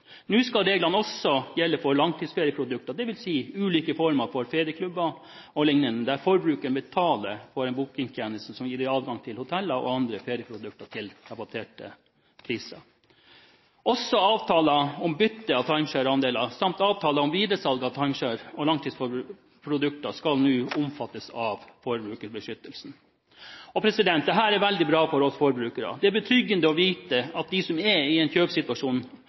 Nå skal reglene også gjelde for langtidsferieprodukter, dvs. ulike former for ferieklubber o.l., der forbrukeren betaler for en bookingtjenenste som gir adgang til hoteller og andre ferieprodukter til rabatterte priser. Også avtaler om bytte av timeshare-andeler samt avtaler om videresalg av timeshare- og langtidsferieprodukter skal nå omfattes av forbrukerbeskyttelsen. Dette er veldig bra for oss forbrukere. Det er betryggende for dem som er i en kjøpssituasjon, å vite at kravene, informasjonsplikten, skjerpes samt at selger er